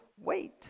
wait